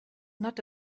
not